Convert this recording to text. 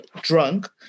drunk